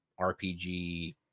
RPG